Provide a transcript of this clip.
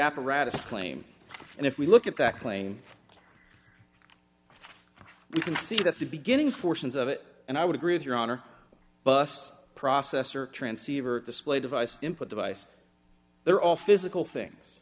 apparatus claim and if we look at that claim we can see that the beginning fortunes of it and i would agree with your honor bus processor transceiver display device input device they're all physical things